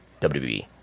WWE